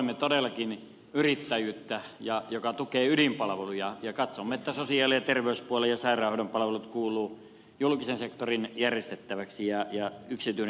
tuemme todellakin yrittäjyyttä joka tukee ydinpalveluja ja katsomme että sosiaali ja terveyspuolen ja sairaanhoidon palvelut kuuluvat julkisen sektorin järjestettäviksi ja yksityinen tukee niitä sitten